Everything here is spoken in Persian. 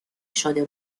شده